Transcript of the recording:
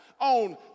on